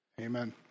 Amen